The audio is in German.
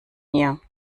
ihr